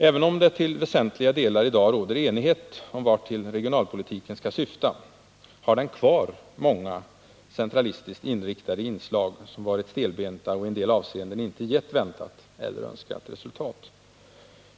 Även om det till väsentliga delar i dag råder enighet om vartill regionalpolitiken skall syfta, har den kvar många centralistiskt inriktade inslag som varit stelbenta och i en del avseenden inte gett väntat eller önskat resultat.